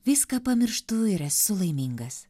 viską pamirštu ir esu laimingas